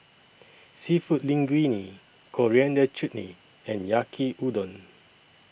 Seafood Linguine Coriander Chutney and Yaki Udon